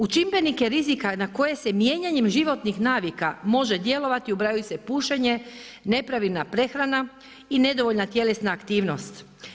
U čimbenike rizika na koje se mijenjanjem životnih navika može djelovati ubrajaju se pušenje, nepravilna prehrana i nedovoljna tjelesna aktivnost.